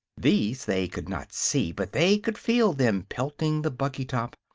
these they could not see, but they could feel them pelting the buggy top,